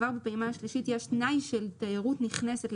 כבר בפעימה השלישית יש תנאי של לפחות 25% תיירות נכנסת,